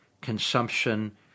consumption